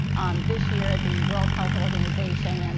this year the world health organization and